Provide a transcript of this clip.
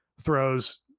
throws